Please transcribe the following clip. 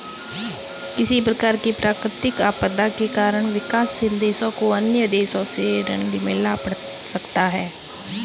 किसी प्रकार की प्राकृतिक आपदा के कारण विकासशील देशों को अन्य देशों से ऋण लेना पड़ सकता है